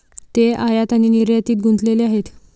ते आयात आणि निर्यातीत गुंतलेले आहेत